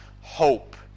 hope